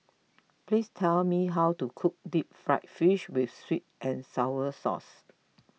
please tell me how to cook Deep Fried Fish with Sweet and Sour Sauce